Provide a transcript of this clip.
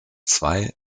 zwei